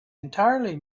entirely